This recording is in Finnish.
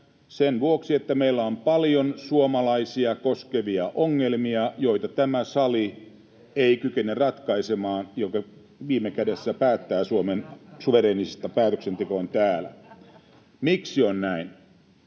sen vuoksi, että meillä on paljon suomalaisia koskevia ongelmia, joita ei kykene tämä sali ratkaisemaan, joka viime kädessä päättää — Suomen suvereeni päätöksenteko on täällä. Miksi on näin,